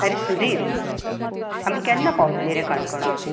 आरे सुदीप आमी केन्ना पावतलीं रे काणकोणां